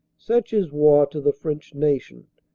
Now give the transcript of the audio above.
such is war to the french nation.